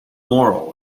moral